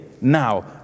now